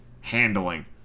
handling